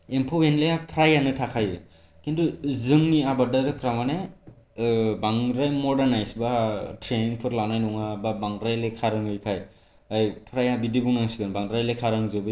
एमफौ एनलाया फ्रायानो थाखायो खिन्थु जोंनि आबादारिफोरा माने ओ बांद्राय मदार्नास बा ट्रेनिंफोर लानाय नङा बा बांद्राय लेखा रोङिखाय फ्राया बिदि बुंनांसिगोन बांद्राय लेखा रोङिखाय खि